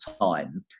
time